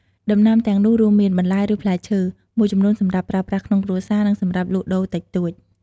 ដំណាំទាំងនោះរួមមាន បន្លែ ឬផ្លែឈើ មួយចំនួនសម្រាប់ប្រើប្រាស់ក្នុងគ្រួសារ និងសម្រាប់លក់ដូរតិចតួច។